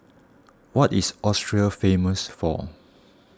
what is Austria famous for